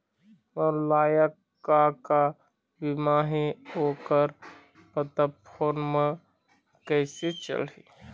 मोर लायक का का बीमा ही ओ कर पता फ़ोन म कइसे चलही?